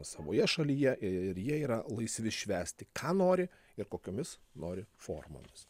savoje šalyje ir jie yra laisvi švęsti ką nori ir kokiomis nori formomis